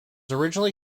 originally